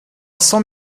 cent